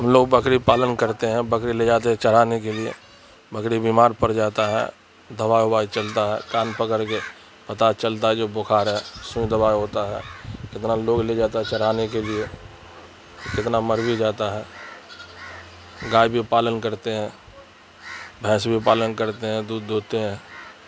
ہم لوگ بکری پالن کرتے ہیں بکری لے جاتے ہیں چرانے کے لیے بکری بیمار پڑ جاتا ہے دوائی وبائی چلتا ہے کان پکڑ کے پتہ چلتا ہے جو بخار ہے سوئی دوائی ہوتا ہے کتنا لوگ لے جاتا ہے چرانے کے لیے کتنا مر بھی جاتا ہے گائے بھی پالن کرتے ہیں بھینس بھی پالن کرتے ہیں دودھ دوہتے ہیں